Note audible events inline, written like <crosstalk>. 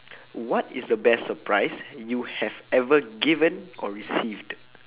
<breath> what is the best surprise you have ever given or received